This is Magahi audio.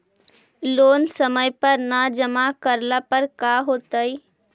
लोन समय पर न जमा करला पर का होतइ?